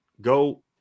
Go